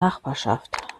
nachbarschaft